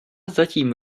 zatím